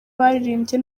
baririmbye